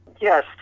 Yes